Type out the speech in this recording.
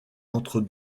entre